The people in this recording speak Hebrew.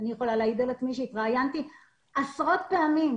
אני יכולה להעיד על עצמי שהתראיינתי עשרות פעמים